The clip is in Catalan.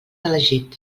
elegit